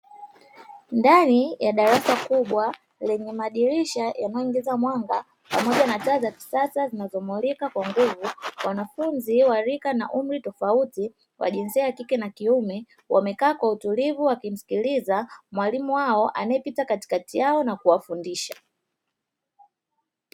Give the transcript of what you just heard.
Ndani ya darasa kubwa lenye madirisha yanayoingiza mwanga pamoja na taa za kisasa zinazomulika kwa nguvu, wanafunzi wa rika na umri tofauti wa jinsia ya kike na kiume wamekaa kwa utulivu wakimsikiliza mwalimu wao anayepita katikati yao na kuwafundisha.